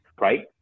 right